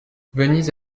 venise